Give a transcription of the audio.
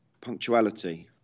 punctuality